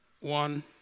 One